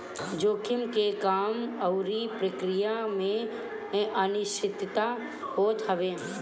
जोखिम के काम अउरी प्रक्रिया में अनिश्चितता होत हवे